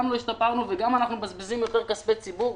גם לא השתפרנו וגם אנחנו מבזבזים יותר כספי ציבור.